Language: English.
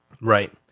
Right